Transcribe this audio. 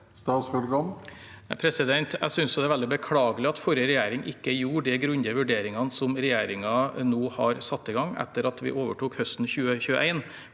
Arild Gram Jeg synes det er veldig beklagelig at forrige regjering ikke gjorde de grundige vurderingene som regjeringen nå har satt i gang etter at vi overtok høsten 2021,